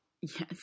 Yes